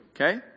Okay